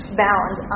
bound